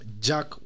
Jack